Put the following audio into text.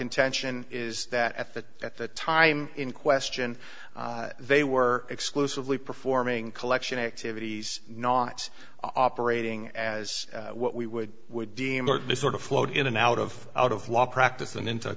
contention is that at that at the time in question they were exclusively performing collection activities not operating as what we would would deem to sort of float in and out of out of law practice and into a